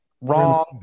Wrong